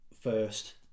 first